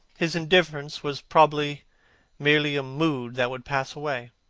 his indifference was probably merely a mood that would pass away.